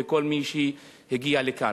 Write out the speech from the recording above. וכל מי שהגיע לכאן.